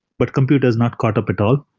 but computers not caught up at all.